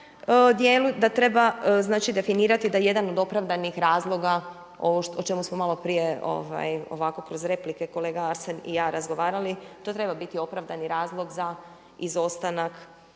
da treba, znači definirati da jedan od opravdanih razloga, ovo o čemu smo malo prije ovako kroz replike kolega Arsen i ja razgovarali, to treba biti opravdani razlog za izostanak